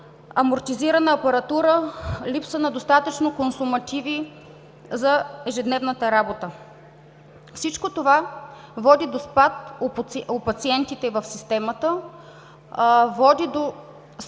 амортизирана апаратура, липса на достатъчно консумативи за ежедневната работа. Всичко това води до спад на пациентите в системата, води до спад